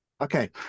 Okay